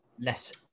less